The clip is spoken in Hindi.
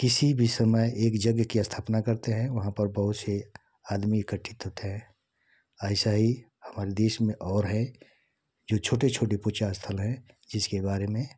किसी भी समय एक यज्ञ की स्थापना करते हैं वहाँ पर बहुत से आदमी इक्कठीत होते हैं ऐसा ही हमन देश में और है जो छोटे छोटे पूचा स्थल है जिसके बारे में